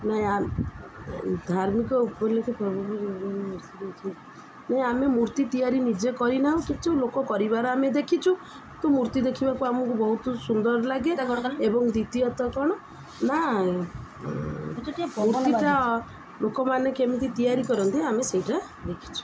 ନାହିଁ ଧାର୍ମିକ ଆମେ ମୂର୍ତ୍ତି ତିଆରି ନିଜେ କରିନାହୁଁ କିନ୍ତୁ ଲୋକ କରିବାର ଆମେ ଦେଖିଛୁ ତୁ ମୂର୍ତ୍ତି ଦେଖିବାକୁ ଆମକୁ ବହୁତ ସୁନ୍ଦର ଲାଗେ ଏବଂ ଦ୍ୱିତୀୟତଃ କ'ଣ ନା ମୂର୍ତ୍ତିଟା ଲୋକମାନେ କେମିତି ତିଆରି କରନ୍ତି ଆମେ ସେଇଟା ଦେଖିଛୁ